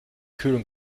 kühlen